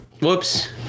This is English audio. whoops